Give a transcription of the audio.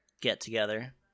get-together